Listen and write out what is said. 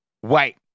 white